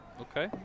Okay